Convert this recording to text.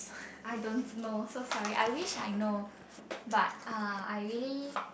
I don't know so sorry I wish I know but uh I really